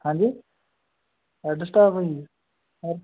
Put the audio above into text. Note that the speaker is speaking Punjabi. ਹਾਂਜੀ ਹੈੱਡ ਸਟਾਫ ਓਂ ਜੀ